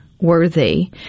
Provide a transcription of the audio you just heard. worthy